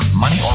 money